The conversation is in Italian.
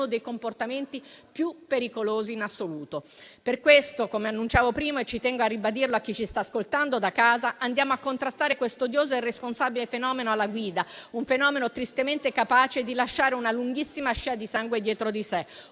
dei comportamenti più pericolosi in assoluto. Per questo - come annunciavo prima e ci tengo a ribadirlo a chi ci sta ascoltando da casa - andiamo a contrastare questo odioso e irresponsabile fenomeno alla guida, un fenomeno tristemente capace di lasciare una lunghissima scia di sangue dietro di sé.